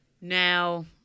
Now